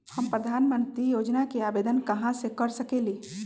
हम प्रधानमंत्री योजना के आवेदन कहा से कर सकेली?